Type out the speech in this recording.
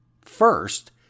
First